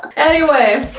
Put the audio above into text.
anyway,